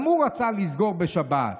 גם הוא רצה לסגור בשבת,